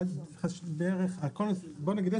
בואו נגיד,